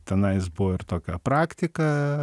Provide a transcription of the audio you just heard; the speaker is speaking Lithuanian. tenai jis buvo ir tokią praktiką